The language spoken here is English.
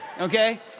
Okay